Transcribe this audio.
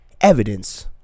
evidence